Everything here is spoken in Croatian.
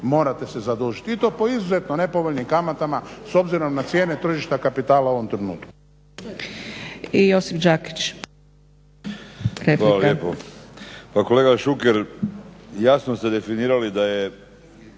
morate se zadužiti i to po izuzetno nepovoljnim kamatama s obzirom na cijene tržišta kapitala u ovom trenutku.